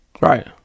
Right